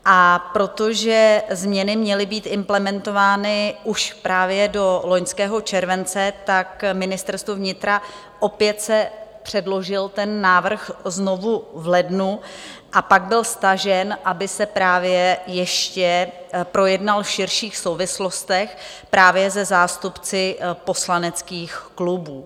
A protože změny měly být implementovány už právě do loňského července, Ministerstvo vnitra opět předložilo ten návrh znovu v lednu a pak byl stažen, aby se právě ještě projednal v širších souvislostech se zástupci poslaneckých klubů.